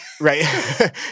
right